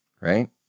right